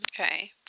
Okay